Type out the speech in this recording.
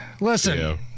Listen